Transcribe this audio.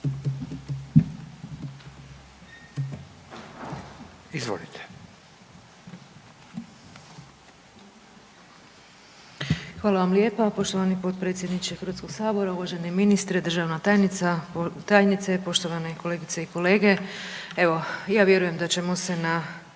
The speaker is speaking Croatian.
(HDZ)** Hvala vam lijepa poštovani potpredsjedniče HS, uvaženi ministre, državna tajnice, poštovane kolegice i kolege. Evo ja vjerujem da ćemo se na,